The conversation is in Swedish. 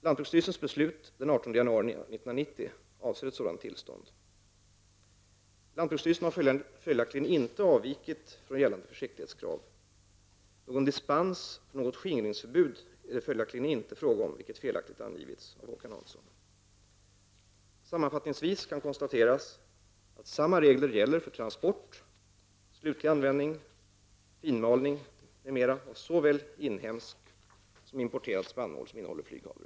Lantbruksstyrelsens beslut den 18 januari 1990 avser sådant tillstånd. Lantbruksstyrelsen har följaktligen inte avvikit från gällande försiktighetskrav. Någon dispens från något skingringsförbud är det följaktligen inte fråga om, vilket felaktigt angivits av Håkan Hansson. Sammanfattningsvis kan konstateras att samma regler gäller för transport, slutlig användning, finmalning m.m. av såväl inhemsk som importerad spannmål som innehåller flyghavre.